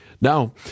Now